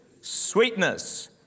sweetness